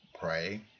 pray